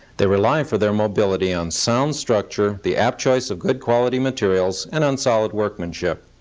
they rely for their mobility on sound structure, the apt choice of good quality materials, and on solid workmanship.